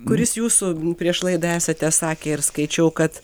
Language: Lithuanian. kuris jūsų prieš laidą esate sakę ir skaičiau kad